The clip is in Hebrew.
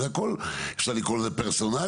זה הכול אפשר לקרוא לזה פרסונלי.